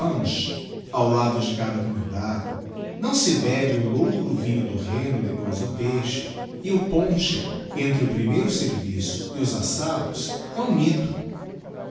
tranche aa lado de cada convidado não se bebe o louro vinho do rheno depois do peixe e o ponche entre o primeiro serviço e os assados é um mytho